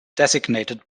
designated